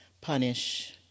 punish